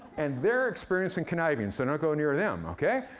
and they're experienced and conniving, so don't go near them, okay?